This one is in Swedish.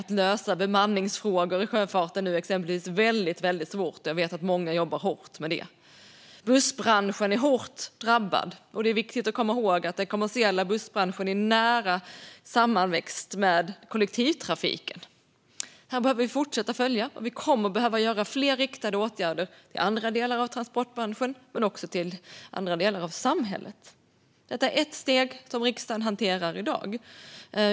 Att lösa bemanningsfrågor i sjöfarten är nu väldigt svårt, och jag vet att många jobbar hårt med det. Bussbranschen är hårt drabbad, och det är viktigt att komma ihåg att den kommersiella bussbranschen är nära sammanväxt med kollektivtrafiken. Det här behöver vi fortsätta att följa, och vi kommer att behöva göra fler riktade åtgärder till andra delar av transportbranschen och även till andra delar av samhället. I dag hanterar riksdagen ett steg i detta.